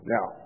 Now